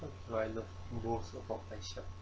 do I love most about myself